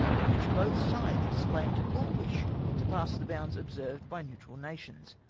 in which both sides disclaimed all wish to pass the bounds observed by neutral nations,